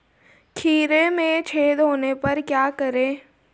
खीरे में छेद होने पर क्या करें?